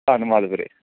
ਧੰਨਵਾਦ ਵੀਰੇ